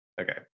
okay